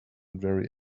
very